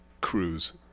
Cruise